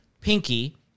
pinky